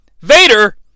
Vader